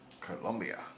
Colombia